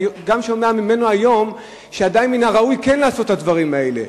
אני גם שומע ממנו היום שעדיין מן הראוי כן לעשות את הדברים האלה,